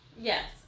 Yes